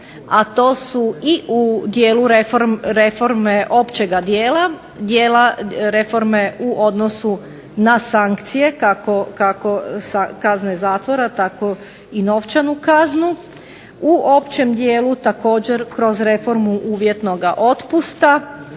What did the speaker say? a to su i u dijelu reforme općega dijela, reforme u odnosu na sankcije kako kazne zatvora tako i novčanu kaznu, u općem dijelu također kroz reformu uvjetnoga otpusta,